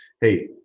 Hey